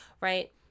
Right